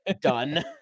Done